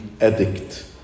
addict